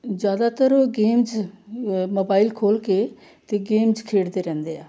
ਜ਼ਿਆਦਾਤਰ ਉਹ games mobile ਖੋਲ੍ਹ ਕੇ ਅਤੇ ਗੇਮਜ਼ ਖੇਡਦੇ ਰਹਿੰਦੇ ਆ